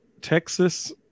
Texas